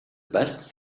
best